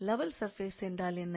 level surface என்றால் என்ன